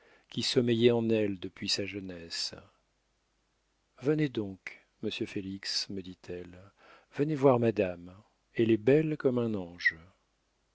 qui sommeillaient en elle depuis sa jeunesse venez donc monsieur félix me dit-elle venez voir madame elle est belle comme un ange